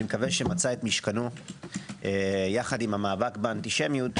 אני מקווה שמצא את משכנו יחד עם המאבק באנטישמיות.